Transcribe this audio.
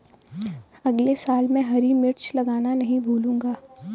अगले साल मैं हरी मिर्च लगाना नही भूलूंगा